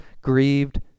grieved